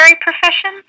profession